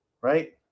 right